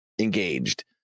engaged